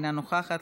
אינה נוכחת,